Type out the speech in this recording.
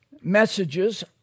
messages